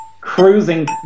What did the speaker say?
Cruising